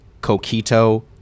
Coquito